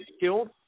killed